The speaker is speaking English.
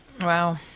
Wow